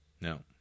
No